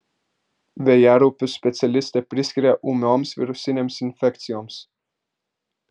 vėjaraupius specialistė priskiria ūmioms virusinėms infekcijoms